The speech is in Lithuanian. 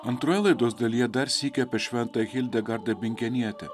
antroje laidos dalyje dar sykį apie šventą hildegardą bingenietę